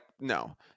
no